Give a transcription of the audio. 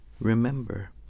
remember